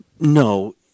No